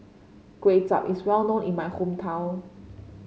Kway Chap is well known in my hometown